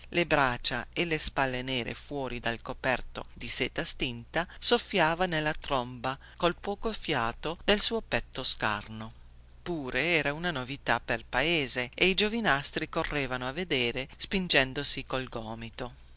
le braccia e le spalle nere fuori dal corpetto di seta stinta soffiava nella tromba col poco fiato del suo petto scarno pure era una novità pel paese e i giovinastri correvano a vedere spingendosi col gomito